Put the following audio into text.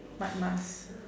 mud mask